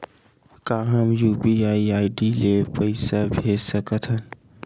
का हम UPI ID ले पईसा भेज सकथन?